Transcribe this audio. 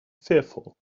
fearful